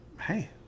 hey